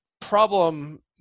problem